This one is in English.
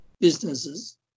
businesses